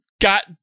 Got